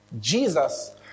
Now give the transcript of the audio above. Jesus